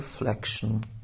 reflection